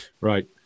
Right